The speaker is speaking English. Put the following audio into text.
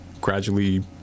gradually